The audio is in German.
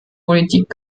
politik